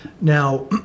Now